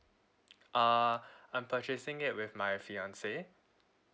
uh I'm purchasing it with my fiancée